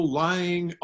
lying